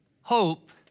Hope